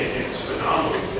it's phenomenally